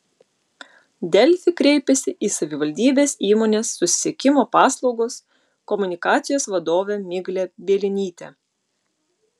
delfi kreipėsi į savivaldybės įmonės susisiekimo paslaugos komunikacijos vadovę miglę bielinytę